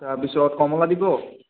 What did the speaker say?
তাৰপিছত কমলা দিব